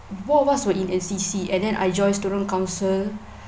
both of us were in N_C_C and then I join student council